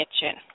kitchen